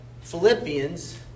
Philippians